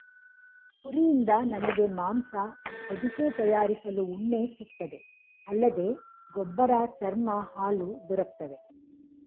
ಕುರಿಯಿಂದ ನಮಗೆ ಮಾಂಸ ಹೊದಿಕೆ ತಯಾರಿಸಲು ಉಣ್ಣೆ ಸಿಗ್ತದೆ ಅಲ್ಲದೆ ಗೊಬ್ಬರ ಚರ್ಮ ಹಾಲು ದೊರಕ್ತವೆ